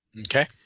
Okay